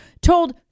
told